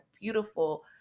beautiful